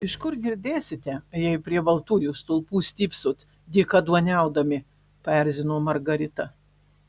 iš kur girdėsite jei prie baltųjų stulpų stypsot dykaduoniaudami paerzino margarita